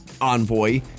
envoy